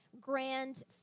grand